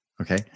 Okay